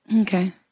okay